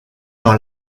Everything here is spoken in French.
dans